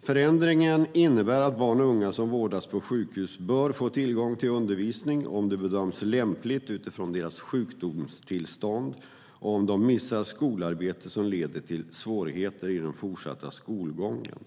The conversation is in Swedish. Förändringen innebär att barn och unga som vårdas på sjukhus bör få tillgång till undervisning, om det bedöms lämpligt utifrån deras sjukdomstillstånd och om de missar skolarbete som leder till svårigheter i den fortsatta skolgången.